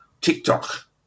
TikTok